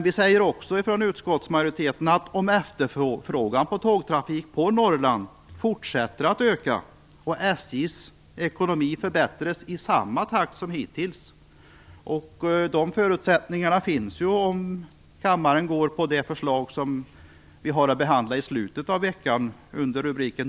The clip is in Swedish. Vi från utskottsmajoriteten säger också att om efterfrågan på tågtrafik på Norrland fortsätter att öka och om SJ:s ekonomi förbättras i samma takt som hittills skall SJ kunna utföra ytterligare tågtrafik på Norrland utifrån normala företagsekonomiska förutsättningar som då täcker resemarknadens behov.